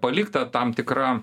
palikta tam tikra